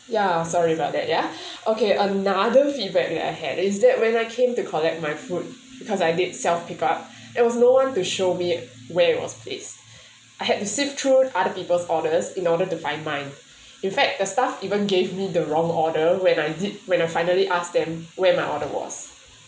ya sorry about that ya okay another feedback that I had is that when I came to collect my food because I did self pick up it was no one to show me where was place I had to sift through other people's orders in order to find mind in fact the staff even gave me the wrong order when I did when I finally ask them where my order was